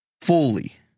fully